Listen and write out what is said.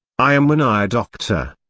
i am an eye doctor.